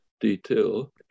detail